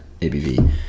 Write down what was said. ABV